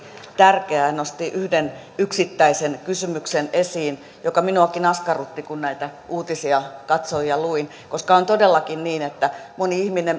ja nosti esiin yhden yksittäisen kysymyksen joka minuakin askarrutti kun näitä uutisia katsoin ja luin nimittäin on todellakin niin että